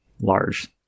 large